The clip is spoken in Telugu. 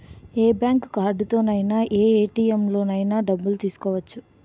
ఏ బ్యాంక్ కార్డుతోనైన ఏ ఏ.టి.ఎం లోనైన డబ్బులు తీసుకోవచ్చు